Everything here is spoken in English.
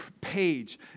page